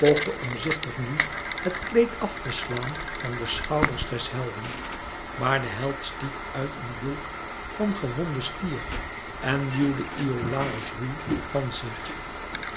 poogde omzichtig nu het kleed af te slaan van de schouders des helden maar de held stiet uit een bulk van gewonden stier en duwde iolàos ruw van zich